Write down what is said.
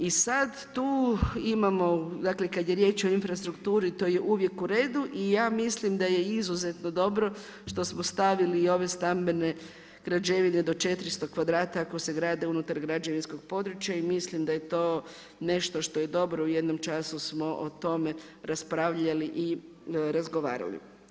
I sada tu imamo kada je riječ o infrastrukturi to je uvijek uredu i ja mislim da je izuzetno dobro što smo stavili i ove stambene građevine do 400 kvadrata ako se grade unutar građevinskog područja i mislim da je to nešto što je dobro u jednom času smo o tome raspravljali i razgovarali.